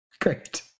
Great